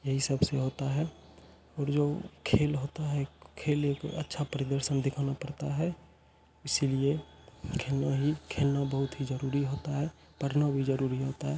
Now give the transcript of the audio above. यही सब से होता है और जो खेल होता है खेल एक अच्छा प्रदर्शन दिखाना पड़ता है इसलिए खेलना ही खेलना बहुत ही जरुरी होता है पढ़ना भी जरुरी होता है